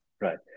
Right